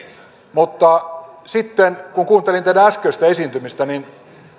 mutta sitten kun kuuntelin teidän äskeistä esiintymistänne niin